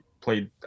played